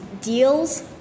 deals